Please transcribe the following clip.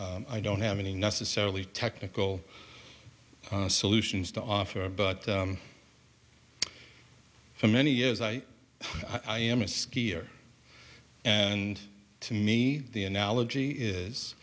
i don't have any necessarily technical solutions to offer but for many years i am a skier and to me the analogy is